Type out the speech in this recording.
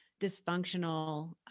dysfunctional